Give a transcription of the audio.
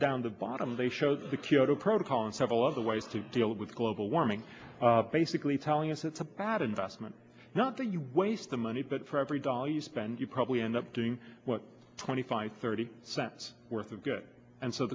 down the bottom they showed the kyoto protocol and several other ways to deal with global warming basically telling us it's a bad investment not that you waste the money but for every dollar you spend you probably end up doing what twenty five thirty cents worth of good and so